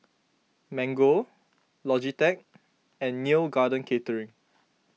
Mango Logitech and Neo Garden Catering